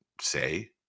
say